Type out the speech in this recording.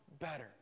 better